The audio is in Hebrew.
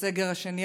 בסגר השני.